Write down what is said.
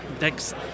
next